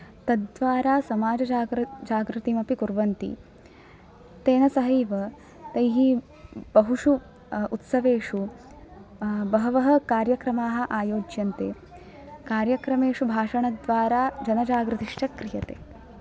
तद्द्वारा समाजजागृ जागृतिमपि कुर्वन्ति तेन सहैव तैः बहुषु उत्सवेषु बहवः कार्यक्रमाः आयोज्यन्ते कार्यक्रमेषु भाषणद्वारा जनजागृतिश्च क्रियते